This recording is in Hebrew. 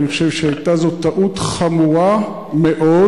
אני חושב שהיתה זו טעות חמורה מאוד,